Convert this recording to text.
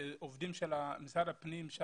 עובדים של משרד הפנים,